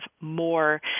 more